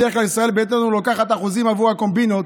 בדרך כלל ישראל ביתנו לוקחת אחוזים בעבור הקומבינות,